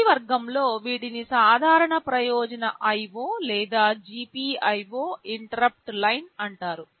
మొదటి వర్గంలో వీటిని సాధారణ ప్రయోజన IO లేదా GPIO ఇంటరుప్పుట్ లైన్స్ అంటారు